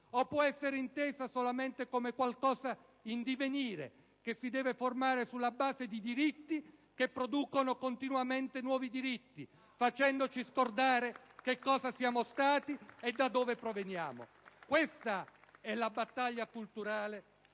possa essere intesa solamente come qualcosa in divenire, che si deve formare sulla base di diritti che producono continuamente nuovi diritti, facendoci dimenticare cosa siamo stati e da dove proveniamo. *(Applausi dal